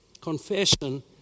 confession